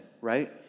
right